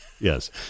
yes